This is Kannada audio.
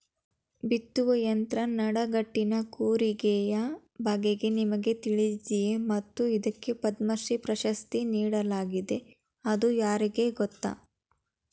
ಬಿತ್ತುವ ಯಂತ್ರ ನಡಕಟ್ಟಿನ ಕೂರಿಗೆಯ ಬಗೆಗೆ ನಿಮಗೆ ತಿಳಿದಿದೆಯೇ ಮತ್ತು ಇದಕ್ಕೆ ಪದ್ಮಶ್ರೀ ಪ್ರಶಸ್ತಿ ನೀಡಲಾಗಿದೆ ಅದು ಯಾರಿಗೆ ಗೊತ್ತ?